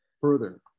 further